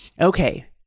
Okay